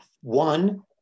One